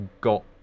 got